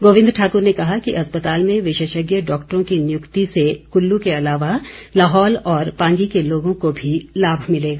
गोविंद ठाकुर ने कहा कि अस्पताल में विशेषज्ञ डॉक्टरों की नियुक्ति से कुल्लू के अलावा लाहौल और पांगी के लोगों को भी लाभ मिलेगा